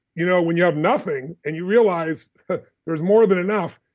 you know when you have nothing and you realize there's more than enough,